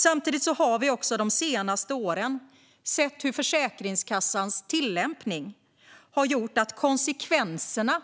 Samtidigt har vi de senaste åren sett hur Försäkringskassans tillämpning har gjort att konsekvenserna